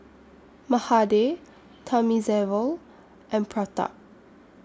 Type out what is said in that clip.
Mahade Thamizhavel and Pratap